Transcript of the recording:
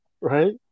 right